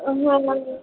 না